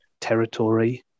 territory